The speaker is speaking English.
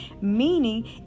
Meaning